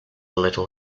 little